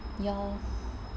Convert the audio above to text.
ya lor